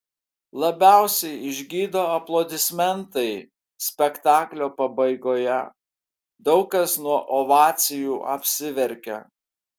labiausiai išgydo aplodismentai spektaklio pabaigoje daug kas nuo ovacijų apsiverkia